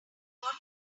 what